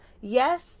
Yes